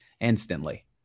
instantly